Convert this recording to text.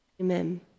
Amen